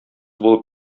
булып